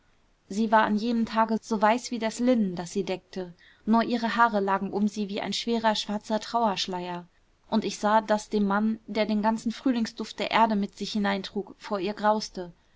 sie war an jenem tage so weiß wie das linnen das sie deckte nur ihre haare lagen um sie wie ein schwerer schwarzer trauerschleier und ich sah daß dem mann der den ganzen frühlingsduft der erde mit sich hineintrug vor ihr grauste